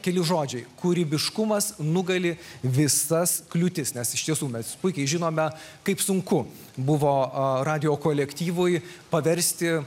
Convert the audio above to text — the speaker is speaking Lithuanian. keli žodžiai kūrybiškumas nugali visas kliūtis nes iš tiesų mes puikiai žinome kaip sunku buvo radijo kolektyvui paversti